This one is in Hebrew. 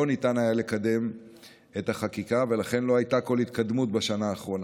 לא ניתן היה לקדם את החקיקה ולכן לא הייתה כל התקדמות בשנה האחרונה.